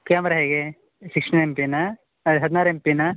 camera ಹೇಗೆ sixteen M ಪಿಯಾ ಅದೇ ಹದಿನಾರು ಎಂ ಪಿಯಾ